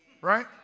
right